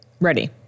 Ready